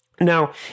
Now